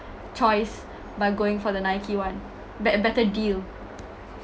choice by going for the nike one bet~ better deal